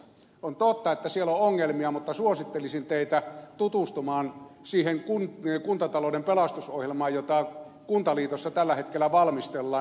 on totta että siellä on ongelmia mutta suosittelisin teitä tutustumaan siihen kuntatalouden pelastusohjelmaan jota kuntaliitossa tällä hetkellä valmistellaan